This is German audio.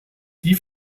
die